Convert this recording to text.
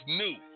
new